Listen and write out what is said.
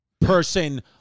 person